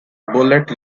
bullet